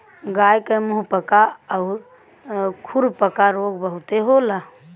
गाय के मुंहपका आउर खुरपका रोग बहुते होला